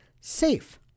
safe